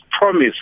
promise